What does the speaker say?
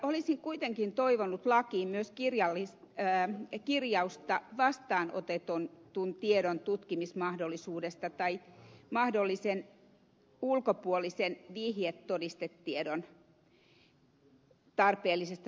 olisin kuitenkin toivonut lakiin myös kirjausta vastaanotetun tiedon tutkimismahdollisuudesta tai mahdollisen ulkopuolisen vihjetodistetiedon tarpeellisesta selvittämisestä